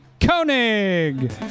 Koenig